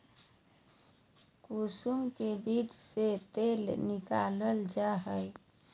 कुसुम के बीज से तेल निकालल जा हइ